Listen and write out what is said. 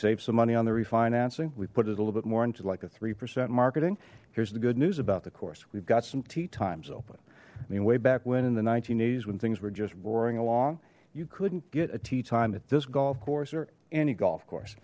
save some money on the refinancing we put it a little bit more into like a three percent marketing here's the good news about the course we've got some tee times open i mean way back when in the s when things were just roaring along you couldn't get a tee time at this golf course or any golf course